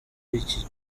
iki